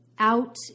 Out